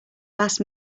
last